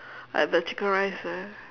like the chicken rice there